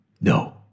No